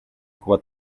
kuba